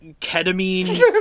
ketamine